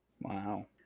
Wow